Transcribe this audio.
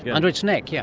and under its neck, yeah